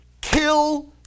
Kill